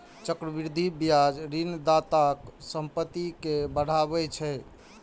चक्रवृद्धि ब्याज ऋणदाताक संपत्ति कें बढ़ाबै छै